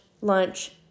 lunch